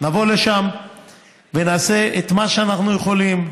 נבוא לשם ונעשה את מה שאנחנו יכולים.